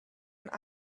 and